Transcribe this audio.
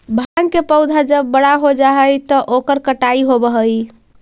भाँग के पौधा जब बड़ा हो जा हई त ओकर कटाई होवऽ हई